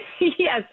Yes